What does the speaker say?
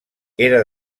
era